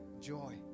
joy